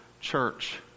Church